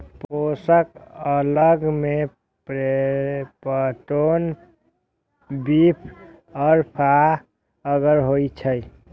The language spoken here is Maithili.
पोषक अगर मे पेप्टोन, बीफ अर्क आ अगर होइ छै